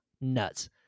Nuts